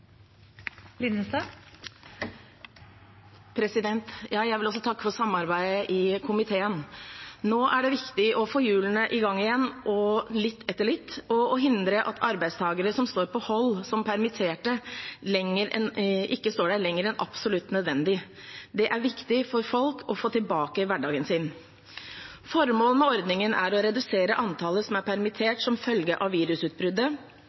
komiteen. Nå er det viktig å få hjulene i gang igjen, litt etter litt, og å hindre at arbeidstakere som står på hold som permitterte, ikke står der lenger enn absolutt nødvendig. Det er viktig for folk å få tilbake hverdagen sin. Formålet med ordningen er å redusere antallet som er permittert som følge av virusutbruddet,